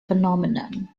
phenomenon